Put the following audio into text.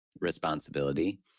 responsibility